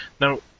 Now